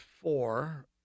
four